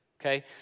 okay